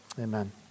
Amen